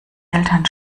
eltern